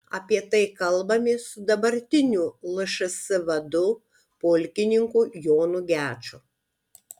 apie tai kalbamės su dabartiniu lšs vadu pulkininku jonu geču